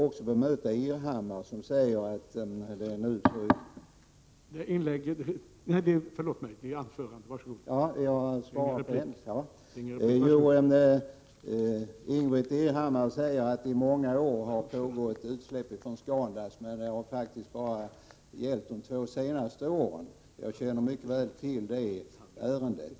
Ingbritt Irhammar säger att det under många år har förekommit utsläpp från Scandust. Men det har i själva verket gällt de två senaste åren; jag känner mycket väl till det ärendet.